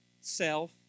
Self